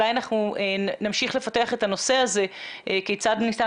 אולי אנחנו נמשיך לפתח את הנושא הזה כיצד ניתן